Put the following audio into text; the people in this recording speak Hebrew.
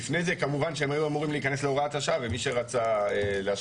כמובן שהם היו אמורים להיכנס להוראת השעה ומי שרצה לאשר